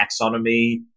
taxonomy